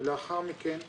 ולאחר מכן לציבור.